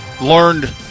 learned